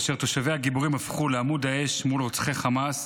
אשר תושביה הגיבורים הפכו לעמוד האש מול רוצחי חמאס,